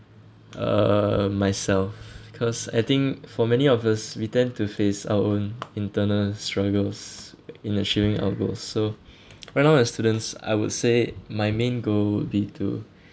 uh myself because I think for many of us we tend to face our own internal struggles in achieving our goal so right now as students I would say my main goal to be